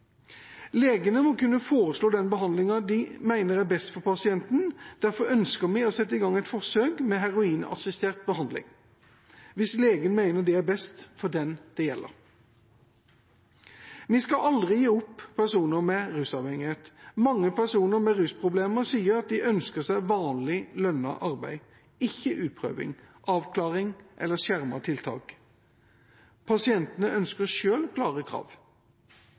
Legene må kunne foreslå den behandlingen de mener er best for pasienten, og derfor ønsker vi å sette i gang et forsøk med heroinassistert behandling hvis legen mener det er best for den det gjelder. Vi skal aldri gi opp personer med rusavhengighet. Mange personer med rusproblemer sier at de ønsker seg vanlig, lønnet arbeid – ikke utprøving, avklaring eller skjermede tiltak. Pasientene ønsker selv klare krav.